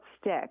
stick